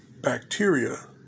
bacteria